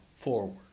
forward